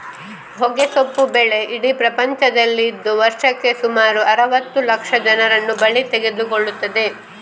ಹೊಗೆಸೊಪ್ಪು ಬೆಳೆ ಇಡೀ ಪ್ರಪಂಚದಲ್ಲಿ ಇದ್ದು ವರ್ಷಕ್ಕೆ ಸುಮಾರು ಅರುವತ್ತು ಲಕ್ಷ ಜನರನ್ನ ಬಲಿ ತಗೊಳ್ತದೆ